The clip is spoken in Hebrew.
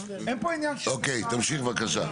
אוקיי, תמשיך בבקשה.